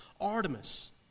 Artemis